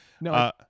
No